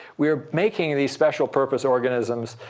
we're making these special purpose organisms.